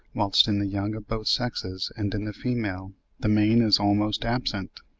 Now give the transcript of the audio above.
whilst in the young of both sexes and in the female the mane is almost absent.